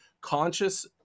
conscious